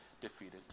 defeated